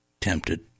tempted